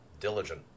diligent